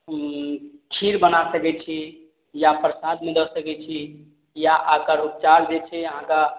उ नहि खीर बना सकय छी या प्रसादमे दऽ सकय छी या आकर उपचार जे छै अहाँके